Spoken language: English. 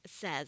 says